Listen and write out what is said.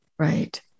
Right